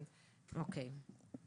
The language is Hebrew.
בבקשה.